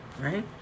right